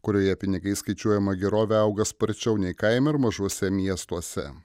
kurioje pinigais skaičiuojama gerovė auga sparčiau nei kaime ar mažuose miestuose